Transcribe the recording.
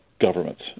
governments